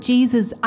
Jesus